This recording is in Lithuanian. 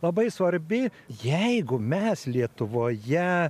labai svarbi jeigu mes lietuvoje